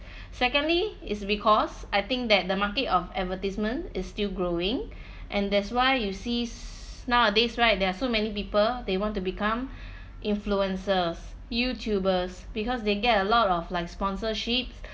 secondly is because I think that the market of advertisement is still growing and that's why you sees nowadays right there are so many people they want to become influencers YouTubers because they get a lot of like sponsorships